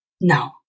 No